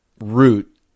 Root